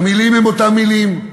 המילים הן אותן מילים,